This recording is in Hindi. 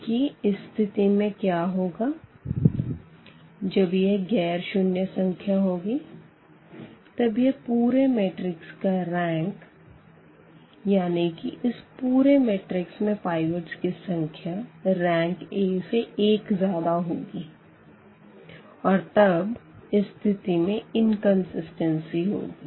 क्योंकि इस स्थिति में क्या होगा जब यह गैर शून्य संख्या होगी तब इस पूरे मेट्रिक्स का रैंक यानी कि इस पूरे मैट्रिक्स में पाइवटस की संख्या RankA से एक ज्यादा होगी और तब इस स्थिति में कन्सिस्टेन्सी होगी